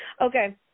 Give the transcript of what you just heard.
Okay